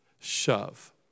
shove